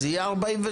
אז יהיה 47?